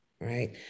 right